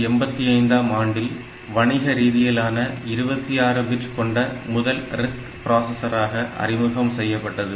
1985 ஆம் ஆண்டில் வணிக ரீதியிலான 26 பிட் கொண்ட முதல் RISC பிராசஸராக அறிமுகம் செய்யப்பட்டது